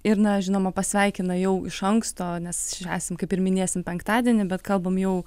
ir na žinoma pasveikina jau iš anksto nes švęsim kaip ir minėsim penktadienį bet kalbam jau